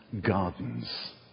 gardens